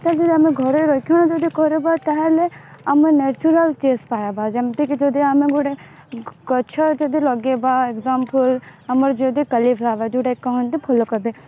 ତାଦେହରୁ ଆମେ ଘରେ ରକ୍ଷଣ ଯଦି କରିବା ତାହେଲେ ଆମେ ନାଚୁରାଲ ଚେସ ପାଇବା ଯେମିତିକି ଯଦି ଆମେ ଗୁଡ଼େ ଗଛ ଯଦି ଲଗାଇବା ଏକ୍ଜାମ୍ପୁଲ ଆମର ଯଦି କଲିଫ୍ଲାୱାର ଯେଉଁଟା କି କହନ୍ତି ଫୁଲ କୋବି